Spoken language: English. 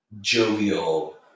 jovial